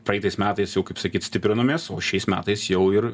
praeitais metais jau kaip sakyt stiprinomės o šiais metais jau ir